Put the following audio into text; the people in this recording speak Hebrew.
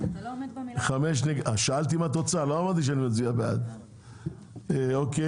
הצבעה אושר.